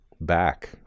back